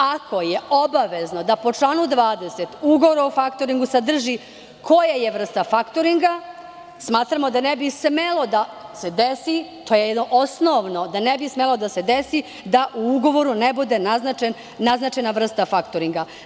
Ako je obavezno da po članu 20. ugovor o faktoringu sadrži koja je vrsta faktoringa, smatramo da ne bi smelo da se desi, to je jedno osnovno, da u ugovoru ne bude naznačena vrsta faktoringa.